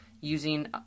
using